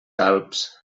calbs